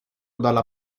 dalla